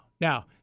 Now